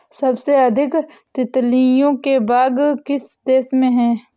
सबसे अधिक तितलियों के बाग किस देश में हैं?